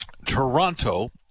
Toronto